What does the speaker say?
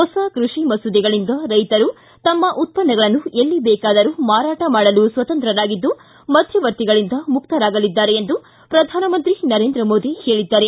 ಹೊಸ ಕೃಷಿ ಮಸೂದೆಗಳಿಂದ ರೈತರು ತಮ್ಮ ಉತ್ಪನ್ನಗಳನ್ನು ಎಲ್ಲಿ ಬೇಕಾದರೂ ಮಾರಾಟ ಮಾಡಲು ಸ್ವತಂತ್ರರಾಗಿದ್ದು ಮಧ್ಯವರ್ತಿಗಳಿಂದ ಮುಕ್ತರಾಗಲಿದ್ದಾರೆ ಎಂದು ಪ್ರಧಾನಮಂತ್ರಿ ನರೇಂದ್ರ ಮೋದಿ ಹೇಳಿದ್ದಾರೆ